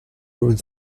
ruins